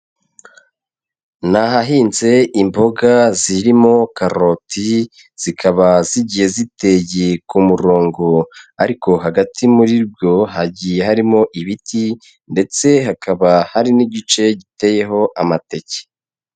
Ni ahahinze imboga zirimo karoti, zikaba zigiye ziteye ku murongo, ariko hagati muri bwo hagiye harimo ibiti, ndetse hakaba hari n'igice giteyeho amateke.